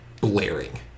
blaring